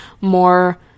more